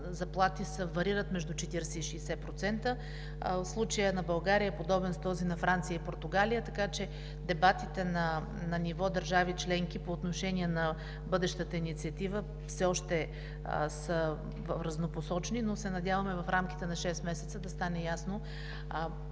заплати варират между 40 и 60%. Случаят на България е подобен на този с Франция и Португалия, така че дебатите на ниво държави членки по отношение на бъдещата инициатива все още са разнопосочни, но се надяваме в рамките на шест месеца да стане ясно